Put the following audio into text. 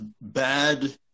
bad